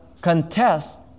contest